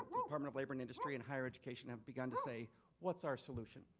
department of labor and industry and higher education have begun to say what's our solution?